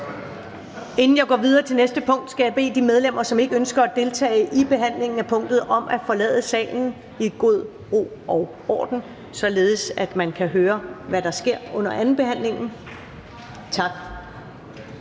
Inden jeg går videre til næste punkt, skal jeg bede de medlemmer, som ikke ønsker at deltage i behandlingen af punktet, om at forlade salen i god ro og orden, således at man kan høre, hvad der sker under andenbehandlingen. Tak.